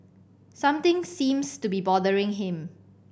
something seems to be bothering him